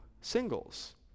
singles